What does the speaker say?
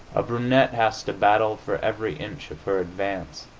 a brunette has to battle for every inch of her advance.